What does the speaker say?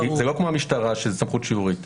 זה לא כמו במשטרה, שזו סמכות שיורית.